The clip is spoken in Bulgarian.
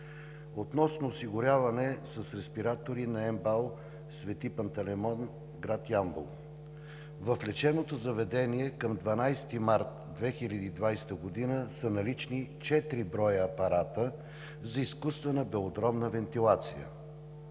Относно осигуряването с респиратори на МБАЛ „Св. Пантелеймон“, град Ямбол, в лечебното заведение към 12 март 2020 г. са налични четири броя апарати за изкуствена белодробна вентилация.